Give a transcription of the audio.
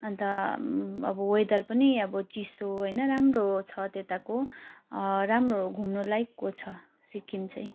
अन्त अब वेदर पनि अब चिसो होइन राम्रो छ त्यताको राम्रो घुम्नलायकको छ सिक्किम चाहिँ